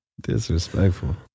disrespectful